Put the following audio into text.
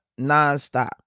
nonstop